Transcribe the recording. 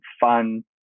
fun